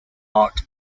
art